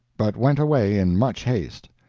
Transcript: but went away in much haste.